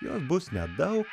jos bus nedaug